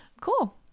Cool